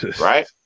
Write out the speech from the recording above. right